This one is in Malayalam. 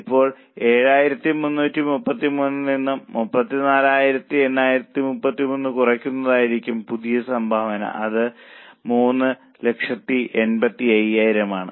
ഇപ്പോൾ 7333 നിന്നും 348333 കുറയ്ക്കുന്നതായിരിക്കും പുതിയ സംഭാവന അത് 3 85000 ആണ്